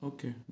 Okay